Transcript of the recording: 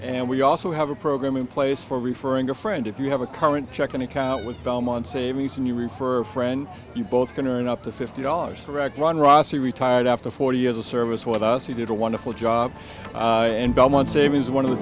and we also have a program in place for referring a friend if you have a current checking account with belmont sameas and you refer friends you both can earn up to fifty dollars for advice on rossi retired after forty years of service with us he did a wonderful job in belmont saving is one of the